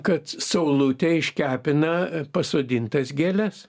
kad saulute iškepina pasodintas gėles